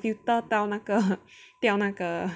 filter 到那个掉那个